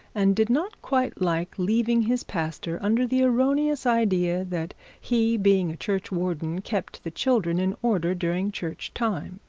and did not quite like leaving his pastor under the erroneous idea that he being a churchwarden kept the children in order during church time.